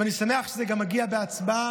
ואני שמח שזה גם מגיע בהצבעה